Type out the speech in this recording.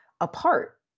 apart